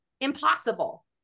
impossible